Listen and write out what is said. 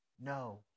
No